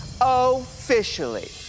Officially